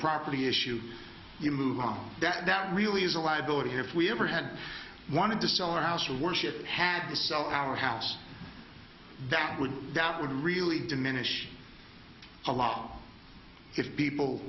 property issue you move on that really is a liability if we ever had wanted to sell our house or worship had to sell our house that would that would really diminish a lot if people